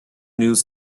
news